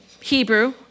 Hebrew